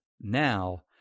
now